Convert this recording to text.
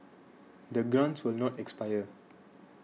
the grants will not expire